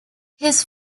his